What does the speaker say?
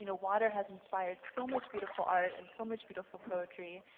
you know water has inspired so much beautiful art and so much beautiful poetry,